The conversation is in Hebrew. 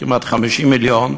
כמעט 50 מיליון.